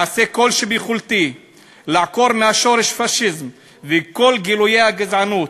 ואעשה כל שביכולתי לעקור מן השורש פאשיזם וכל גילויי גזענות.